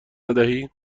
ندهی